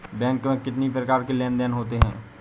Bank में कितनी प्रकार के लेन देन देन होते हैं?